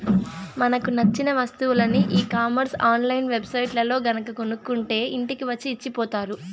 మనకు నచ్చిన వస్తువులని ఈ కామర్స్ ఆన్ లైన్ వెబ్ సైట్లల్లో గనక కొనుక్కుంటే ఇంటికి వచ్చి ఇచ్చిపోతారు